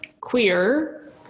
queer